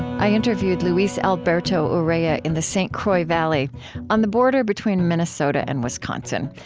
i interviewed luis alberto urrea in the st. croix valley on the border between minnesota and wisconsin,